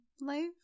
life